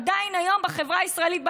עדיין היום בחברה הישראלית,